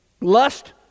lust